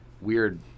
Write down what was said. weird